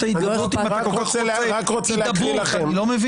ההתגברות אם אתה כל כך רוצה שידברו קודם?